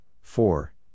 four